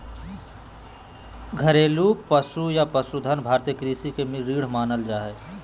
घरेलू पशु या पशुधन भारतीय कृषि के रीढ़ मानल जा हय